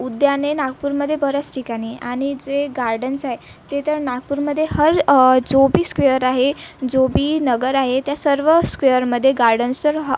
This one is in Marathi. उद्याने नागपूरमध्ये बऱ्याच ठिकाणी आहे आणि जे गार्डन्साय ते तर नागपूरमध्ये हर जो बी स्क्वेअर आहे जो बी नगर आहे त्या सर्व स्क्वेअरमध्ये गार्डन्स तर ह